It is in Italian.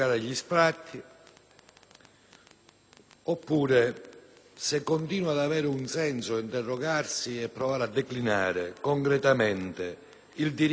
oppure se continui ad avere un senso interrogarsi e provare a declinare concretamente il diritto ad una casa per tutti.